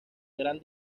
gran